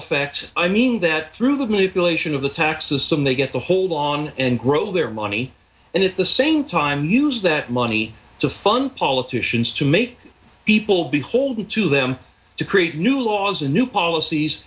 effect i mean that through the mood of the tax system they get to hold on and grow their money and at the same time use that money to fund politicians to make people beholden to them to create new laws and new policies